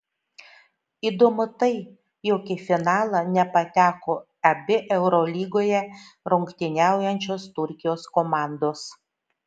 įdomu tai jog į finalą nepateko abi eurolygoje rungtyniaujančios turkijos komandos